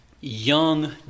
young